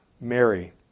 Mary